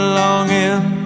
longing